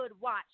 watch